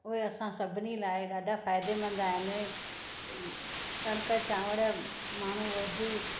उहे असां सभिनी लाइ ॾाढा फ़ाइदेमंदु आहिनि कणिक चांवर माण्हू रोज़